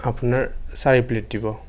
আপোনাৰ চাৰি প্লেট দিব